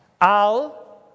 Al